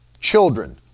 children